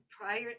prior